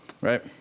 Right